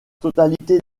totalité